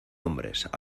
hombres